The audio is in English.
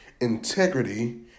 Integrity